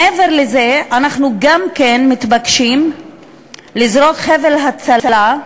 מעבר לזה, אנחנו גם מתבקשים לזרוק חבל הצלה,